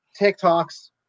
TikToks